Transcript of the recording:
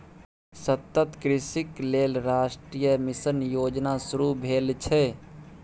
सतत कृषिक लेल राष्ट्रीय मिशन योजना शुरू भेल छै